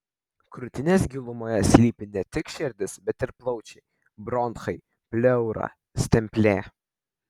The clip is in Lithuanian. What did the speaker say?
krūtinės gilumoje slypi ne tik širdis bet ir plaučiai bronchai pleura stemplė